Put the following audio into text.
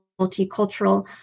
multicultural